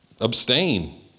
abstain